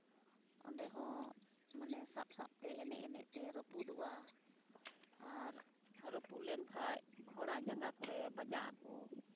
ᱚᱸᱰᱮ ᱦᱚᱸ ᱢᱟᱱᱮ ᱥᱟᱵ ᱥᱟᱵᱛᱮ ᱮᱱᱮᱡ ᱮᱱᱮᱡ ᱛᱮ ᱨᱟᱹᱯᱩᱫᱚᱜᱼᱟ ᱟᱨ ᱨᱟᱹᱯᱩᱫ ᱞᱮᱱ ᱠᱷᱟᱱ ᱦᱚᱲᱟᱜ ᱡᱟᱸᱜᱟ ᱠᱚᱨᱮ ᱵᱟᱡᱟᱜᱼᱟ ᱠᱚ